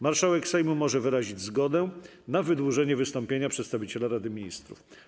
Marszałek Sejmu może wyrazić zgodę na wydłużenie wystąpienia przedstawiciela Rady Ministrów.